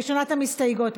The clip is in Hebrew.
ראשונת המסתייגות,